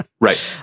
Right